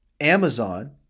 Amazon